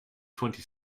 twenty